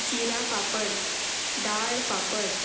जिरा पापड दाळ पापड